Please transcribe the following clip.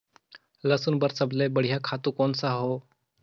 लसुन बार सबले बढ़िया खातु कोन सा हो?